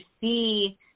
see